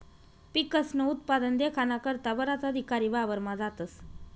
पिकस्नं उत्पादन देखाना करता बराच अधिकारी वावरमा जातस